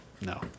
no